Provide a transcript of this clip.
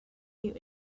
you